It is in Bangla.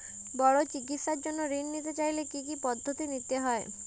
বড় চিকিৎসার জন্য ঋণ নিতে চাইলে কী কী পদ্ধতি নিতে হয়?